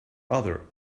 other